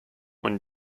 when